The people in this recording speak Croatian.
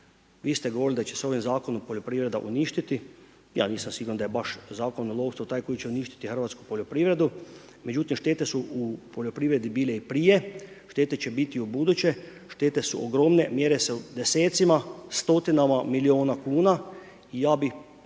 Vi ste govorili da će se ovim zakonom, poljoprivreda uništiti, ja nisam siguran da je zakon o lovstvu taj koji će uništiti hrvatsku poljoprivredu, međutim štete su poljoprivredi bile i prije, štete će biti i ubuduće, štete su ogromne, mjere se u desecima, stotina miliona kuna i bilo